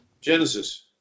Genesis